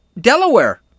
Delaware